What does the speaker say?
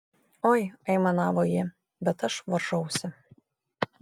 oi aimanavo ji bet aš varžausi